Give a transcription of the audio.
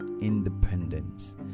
independence